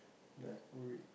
that whole week